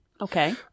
okay